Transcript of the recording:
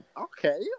Okay